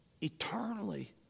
eternally